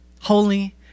holy